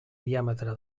diàmetre